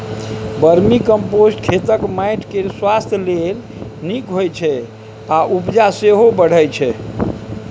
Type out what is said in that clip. vermicompost खेतक माटि केर स्वास्थ्य लेल नीक होइ छै आ उपजा सेहो बढ़य छै